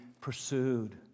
pursued